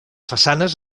façanes